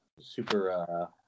super